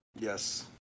Yes